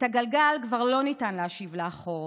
את הגלגל כבר לא ניתן להשיב לאחור,